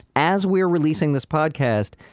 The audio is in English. as we're releasing this podcast,